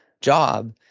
job